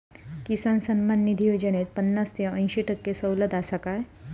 किसान सन्मान निधी योजनेत पन्नास ते अंयशी टक्के सवलत आसा काय?